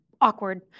awkward